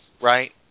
right